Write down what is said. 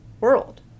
world